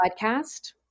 podcast